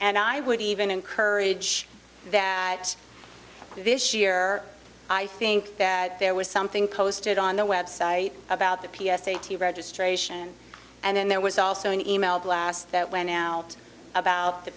and i would even encourage that this year i think that there was something posted on the website about the p s a t registration and there was also an email blast that when out about the